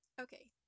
Okay